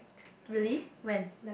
really when